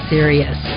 Serious